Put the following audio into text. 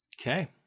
Okay